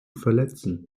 verletzen